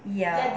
ya